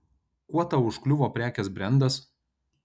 kuo tau užkliuvo prekės brendas